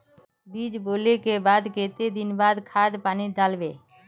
बीज बोले के बाद केते दिन बाद खाद पानी दाल वे?